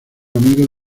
amigo